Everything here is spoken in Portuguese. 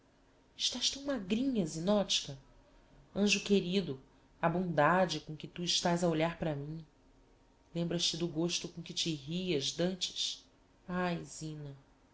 estás tão magrinha zinotchka anjo querido a bondade com que tu estás a olhar para mim lembras-te do gosto com que te rias d'antes ai zina